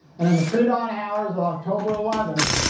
and in the pre-dawn hours of october eleventh,